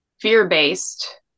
fear-based